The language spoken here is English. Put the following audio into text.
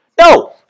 No